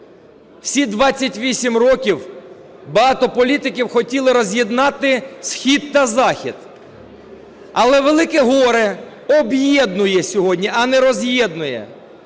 всі 28 років багато політиків хотіли роз'єднати схід та захід. Але велике горе об'єднує сьогодні, а не роз'єднує.